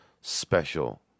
special